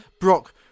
Brock